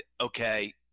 okay